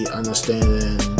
understanding